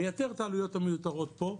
מייתר את העלויות המיותרות פה,